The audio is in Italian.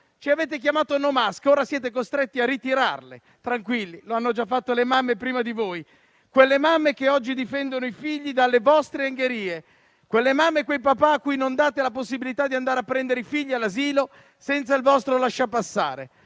ci avete chiamato no *mask*; ora siete costretti a ritirarle. Tranquilli, lo hanno già fatto le mamme prima di voi; quelle mamme che oggi difendono i figli dalle vostre angherie; quelle mamme e quei papà cui non date la possibilità di andare a prendere i figli all'asilo senza il vostro lasciapassare.